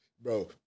Bro